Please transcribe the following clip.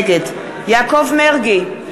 נגד יעקב מרגי,